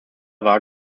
war